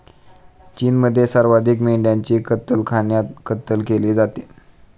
चीनमध्ये सर्वाधिक मेंढ्यांची कत्तलखान्यात कत्तल केली जाते